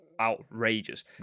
outrageous